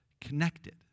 connected